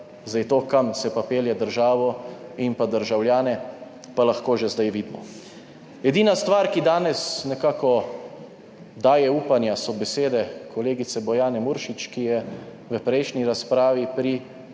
Zdaj, to, kam se pa pelje državo in pa državljane pa lahko že zdaj vidimo. Edina stvar, ki danes nekako daje upanja so besede kolegice Bojane Muršič, ki je v prejšnji razpravi pri